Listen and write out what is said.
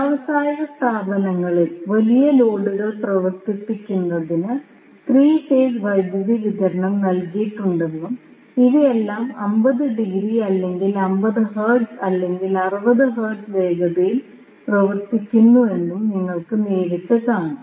വ്യാവസായിക സ്ഥാപനങ്ങളിൽ വലിയ ലോഡുകൾ പ്രവർത്തിപ്പിക്കുന്നതിന് 3 ഫേസ് വൈദ്യുതി വിതരണം നൽകിയിട്ടുണ്ടെന്നും ഇവയെല്ലാം 50 ഡിഗ്രി അല്ലെങ്കിൽ 50 ഹെർട്സ് അല്ലെങ്കിൽ 60 ഹെർട്സ് വേഗതയിൽ പ്രവർത്തിക്കുന്നുവെന്നും നിങ്ങൾ നേരിട്ട് കാണും